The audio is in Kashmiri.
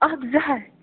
اَکھ زٕ ہَتھ